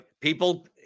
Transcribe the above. people